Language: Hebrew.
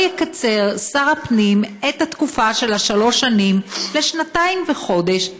לא יקצר שר הפנים את התקופה של שלוש השנים לשנתיים וחודש,